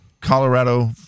Colorado